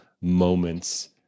moments